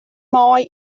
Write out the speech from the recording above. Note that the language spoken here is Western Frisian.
mei